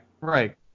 right